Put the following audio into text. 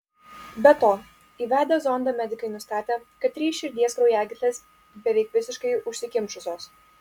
be to įvedę zondą medikai nustatė kad trys širdies kraujagyslės beveik visiškai užsikimšusios